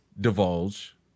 divulge